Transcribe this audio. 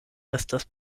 estas